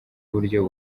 uburyo